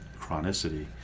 chronicity